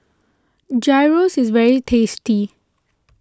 Gyros is very tasty